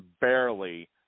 barely